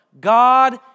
God